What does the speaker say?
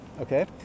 okay